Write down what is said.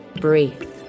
Breathe